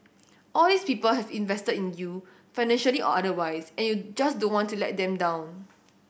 all these people have invested in you financially or otherwise and you just don't want to let them down